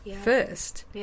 first